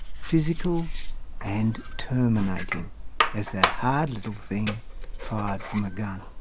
physical and terminating as that hard little thing fired from a gun.